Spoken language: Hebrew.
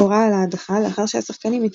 הורה על ההדחה לאחר שהשחקנים התעלמו התעלמו